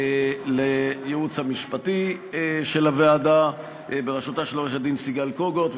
לייעוץ המשפטי של הוועדה בראשותה של עורכת-דין סיגל קוגוט,